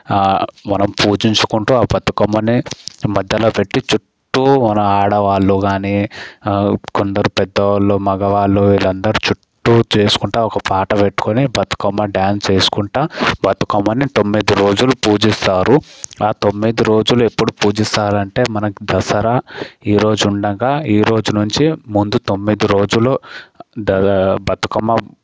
మనం పూజించుకుంటూ ఆ బతుకమ్మని మధ్యలో పెట్టి చుట్టూ మన ఆడవాళ్ళుగానీ కొందరు పెద్దవాళ్ళు మగవాళ్ళు వీళ్ళందరూ చుట్టూ చేసుకుంటూ ఒక పాట పెట్టుకుని బతుకమ్మ డ్యాన్స్ చేసుకుంటా బతుకమ్మని తొమ్మిది రోజులు పూజిస్తారు ఆ తొమ్మిది రోజులు ఎప్పుడు పూజిస్తారు అంటే మనకు దసరా ఈరోజు ఉండగా ఈరోజు నుంచి ముందు తొమ్మిది రోజులు బతుకమ్మ